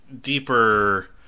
deeper